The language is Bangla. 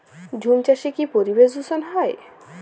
ঝুম চাষে কি পরিবেশ দূষন হয়?